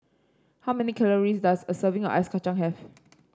how many calories does a serving of Ice Kacang have